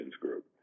group